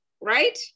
right